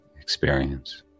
experience